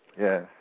Yes